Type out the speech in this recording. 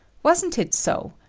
wasn't it so?